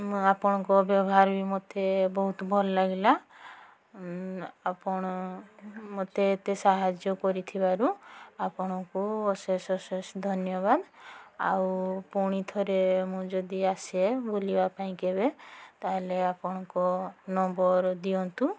ଆପଣଙ୍କ ବ୍ୟବହାର ବି ମୋତେ ବହୁତ ଭଲ ଲାଗିଲା ଆପଣ ମୋତେ ଏତେ ସାହାଯ୍ୟ କରିଥିବାରୁ ଆପଣଙ୍କୁ ଅଶେଷ ଅଶେଷ ଧନ୍ୟବାଦ ଆଉ ପୁଣିଥରେ ମୁଁ ଯଦି ଆସେ ବୁଲିବା ପାଇଁ କେବେ ତାହେଲେ ଆପଣଙ୍କ ନମ୍ବର୍ ଦିଅନ୍ତୁ